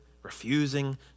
refusing